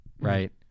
right